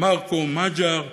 מרקו מגר,